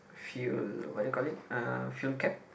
fuel what do you call it uh fuel cap